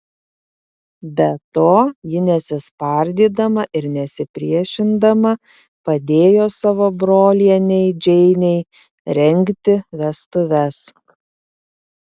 be to ji nesispardydama ir nesipriešindama padėjo savo brolienei džeinei rengti vestuves